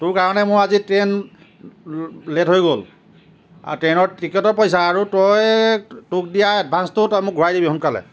তোৰ কাৰণে মোক আজি ট্ৰেইন লেট হৈ গ'ল আৰু ট্ৰেইনৰ টিকেনৰ পইচা আৰু তই তোক দিয়া এডভাঞ্চটোও তই ঘূৰাই দিবি সোনকালে